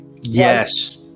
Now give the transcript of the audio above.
yes